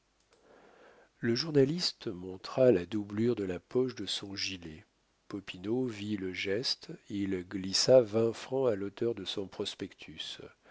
le journaliste montra la doublure de la poche de son gilet popinot vit le geste il glissa vingt francs à l'auteur de son prospectus